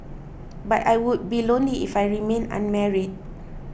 but I would be lonely if I remained unmarried